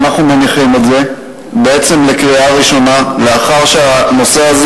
אנחנו מניחים את זה בעצם לקריאה ראשונה לאחר שהנושא הזה